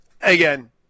Again